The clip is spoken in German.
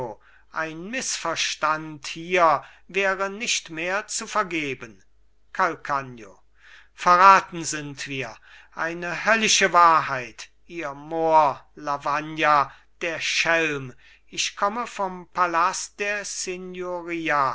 ein mißverstand hier wäre nicht mehr zu vergeben calcagno verraten sind wir eine höllische wahrheit ihr mohr lavagna der schelm ich komme vom palast der